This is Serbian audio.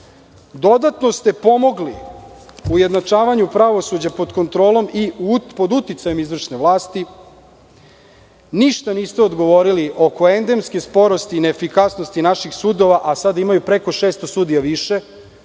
dodatno ste pomogli ujednačavanju pravosuđa pod kontrolom i pod uticajem izvršne vlasti, ništa niste odgovorili oko endemski sporosti i neefikasnosti naših sudova, a sada imaju i preko 600 sudija više.